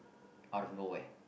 out of nowhere